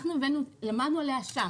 אנחנו למדנו עליה שם,